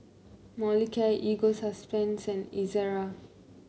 Molicare Ego Sunsense Ezerra